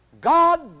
God